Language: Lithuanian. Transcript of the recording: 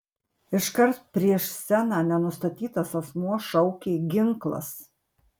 iškart prieš sceną nenustatytas asmuo šaukė ginklas